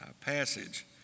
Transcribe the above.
passage